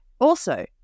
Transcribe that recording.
Also-